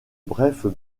brefs